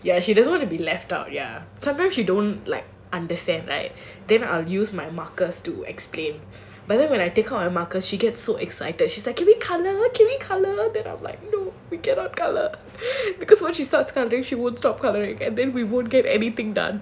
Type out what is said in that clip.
ya she doesn't wanna be left out ya sometimes she don't like understand right then I'll use my markers to explain but then when I take out my marker she gets so excited she's like can we colour can we colour then I'm like no we cannot colour because once she starts colouring she won't stop colouring then we won't get anything done